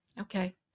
okay